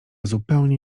zupełnie